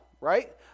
right